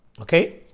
okay